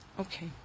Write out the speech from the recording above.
Okay